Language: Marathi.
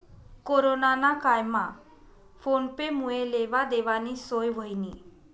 कोरोना ना कायमा फोन पे मुये लेवा देवानी सोय व्हयनी